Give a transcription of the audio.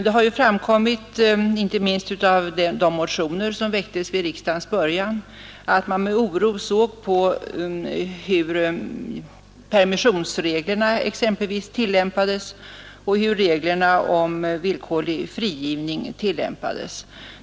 Det har framkommit, inte minst av de motioner som väcktes vid riksdagens början, att man med oro ser på hur exempelvis permissionsreglerna tillämpas.